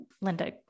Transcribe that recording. Linda